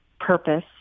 purpose